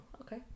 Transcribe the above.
okay